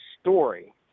story